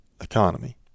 economy